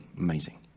amazing